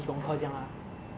我听不懂